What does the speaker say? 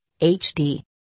HD